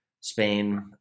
Spain